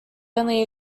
only